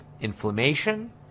Inflammation